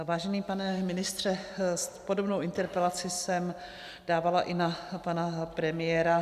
Vážený pane ministře, podobnou interpelaci jsem dávala i na pana premiéra.